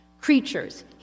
creatures